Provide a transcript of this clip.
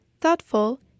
Thoughtful